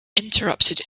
interrupted